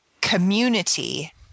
community